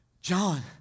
John